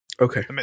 okay